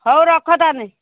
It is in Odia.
ହଉ ରଖ ତାହେଲେ